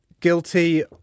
guilty